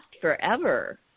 forever